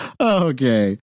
Okay